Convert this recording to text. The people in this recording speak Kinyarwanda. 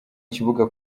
kibuga